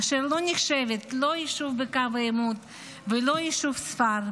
אשר לא נחשבת לא יישוב בקו העימות ולא יישוב ספר.